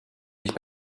nicht